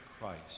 Christ